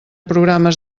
programes